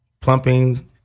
Plumping